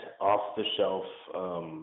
off-the-shelf